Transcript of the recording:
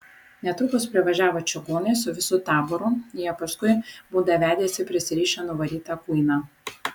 netrukus privažiavo čigonai su visu taboru jie paskui būdą vedėsi prisirišę nuvarytą kuiną